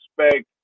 expect